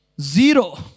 zero